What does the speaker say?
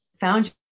found